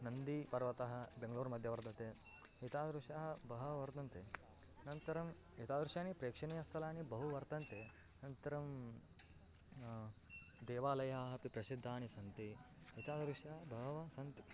नन्दीपर्वतः बेङ्ग्ळूर् मध्ये वर्तते एतादृशाः बहवः वर्तन्ते अनन्तरम् एतादृशानि प्रेक्षणीयस्थलानि बहूनि वर्तन्ते अनन्तरं देवालयाः अपि प्रसिद्धाः सन्ति एतादृशाः बहवः सन्ति